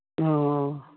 ꯑꯣ ꯑꯣ